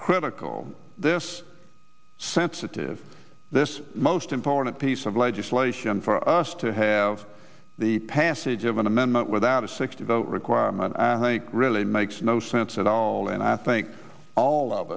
critical this sensitive this most important piece of legislation for us to have the passage of an amendment without a sixty vote requirement really makes no sense at all and i think all of